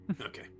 Okay